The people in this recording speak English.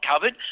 covered